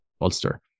Ulster